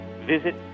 visit